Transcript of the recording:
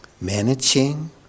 Managing